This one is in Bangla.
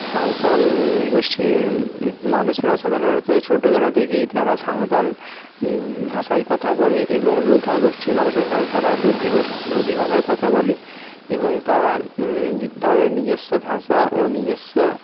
সাঁওতাল গোষ্ঠীর মানুষেরা সাধারণত ছোটোবেলা থেকেই তারা সাঁওতাল ভাষায় কথা বলে এবং লোধা গোষ্ঠীর মানুষেরা সাধারণত তারা লোধী লোধী ভাষায় কথা বলে এবং তারা তাদের নিজস্ব ভাষা ও নিজস্ব